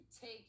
take